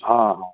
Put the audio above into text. हाँ हाँ